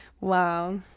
Wow